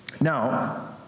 Now